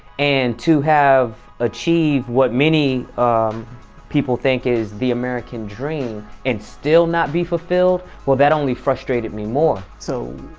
and to have achieved what many um people think is the american dream and still not be fulfilled, well, that only frustrated me more. efrem so